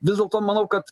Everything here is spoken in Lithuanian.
vis dėlto manau kad